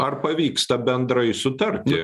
ar pavyksta bendrai sutarti